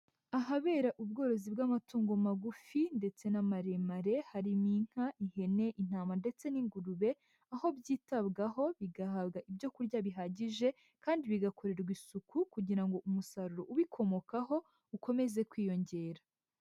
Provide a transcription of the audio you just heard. Ahabera ubworozi bw'amatungo magufi ndetse n'amaremare harimo inka, ihene, intama ndetse n'ingurube, aho byitabwaho, bigahabwa ibyo kurya bihagije kandi bigakorerwa isuku kugira ngo umusaruro ubikomokaho ukomeze kwiyongera.